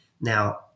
Now